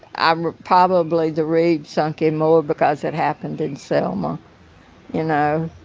ah um probably the reeb sunk in more because it happened in selma you know?